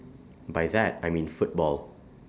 by that I mean football